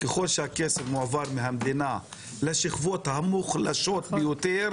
ככל שהכסף מועבר מהמדינה לשכבות המוחלשות ביותר